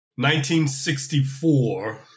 1964